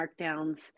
markdowns